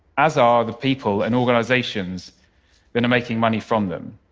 as are the people and organizations that are making money from them,